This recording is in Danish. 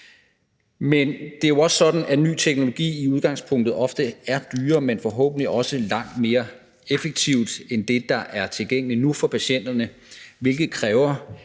Men det er jo også sådan, at ny teknologi i udgangspunktet ofte er dyrere, men forhåbentlig også langt mere effektiv end det, der er tilgængeligt nu for patienterne, hvilket kræver,